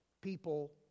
people